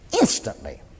Instantly